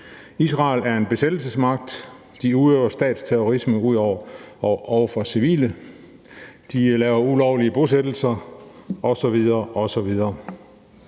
Israel er en besættelsesmagt. De udøver statsterrorisme over for civile. De laver ulovlige bosættelser osv. osv.